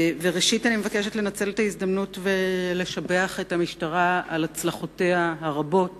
ראשית אני מבקשת לנצל את ההזדמנות ולשבח את המשטרה על הצלחותיה הרבות